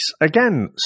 Again